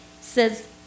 Says